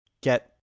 get